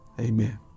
Amen